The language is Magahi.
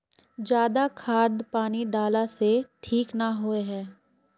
ज्यादा खाद पानी डाला से ठीक ना होए है?